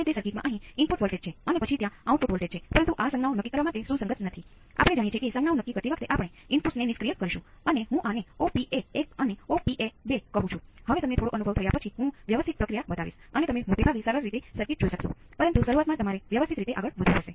exponential પરિબળનું ચોક્કસ મૂલ્ય પ્રારંભિક સ્થિતિઓમાંથી શોધવાનું રહેશે